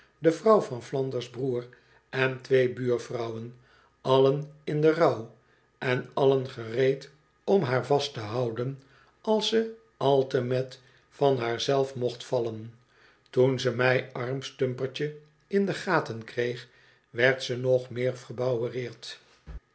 de vrouw van flanders broer en twee buurvrouwen allen in den rouw en allen gereed om haar vast te houden als ze altemet van haar zelf mocht vallen toen ze mij arm stumpertje in de gaten kreeg werd ze nog meer verbouwereerd